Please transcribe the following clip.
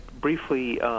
briefly